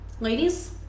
Ladies